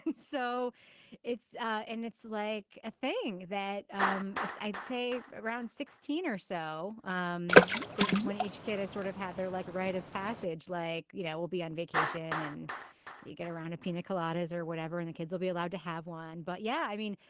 so it's and it's like a thing that um i'd say around sixteen or so um is when each kid has sort of had their like rite of passage, like, you know, we'll be on vacation and you get around a pina coladas or whatever and the kids will be allowed to have one. but yeah, i mean,